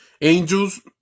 Angels